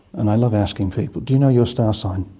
and i love asking people do you know your star sign?